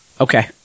Okay